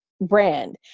brand